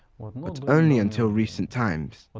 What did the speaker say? but only until recent times. ah